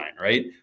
right